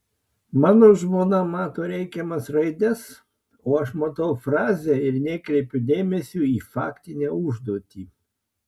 mano žmona mato reikiamas raides o aš matau frazę ir nekreipiu dėmesio į faktinę užduotį